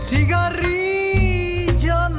Cigarrillo